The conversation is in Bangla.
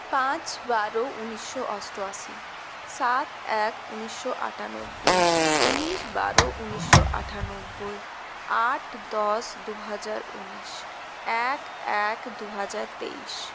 পাঁচ বারো উনিশশো অষ্টআশি সাত এক উনিশশো আটানব্বই উনিশ বারো উনিশশো আটানব্বই আট দশ দুহাজার উনিশ এক এক দুহাজার তেইশ